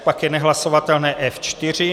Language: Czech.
Pak je nehlasovatelné F4.